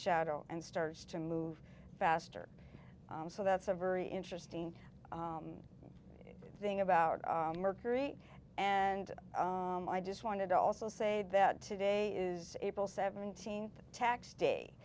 shadow and starts to move faster so that's a very interesting thing about mercury and i just wanted to also say that today is april seventeenth tax day